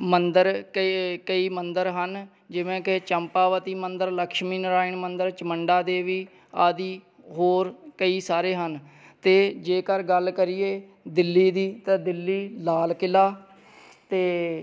ਮੰਦਰ ਕੇ ਕਈ ਕਈ ਮੰਦਰ ਹਨ ਜਿਵੇਂ ਕਿ ਚੰਪਾਵਤੀ ਮੰਦਰ ਲਕਸ਼ਮੀ ਨਰਾਇਣ ਮੰਦਰ ਚਮੰਡਾ ਦੇਵੀ ਆਦਿ ਹੋਰ ਕਈ ਸਾਰੇ ਹਨ ਅਤੇ ਜੇਕਰ ਗੱਲ ਕਰੀਏ ਦਿੱਲੀ ਦੀ ਤਾਂ ਦਿੱਲੀ ਲਾਲ ਕਿਲ੍ਹਾ ਅਤੇ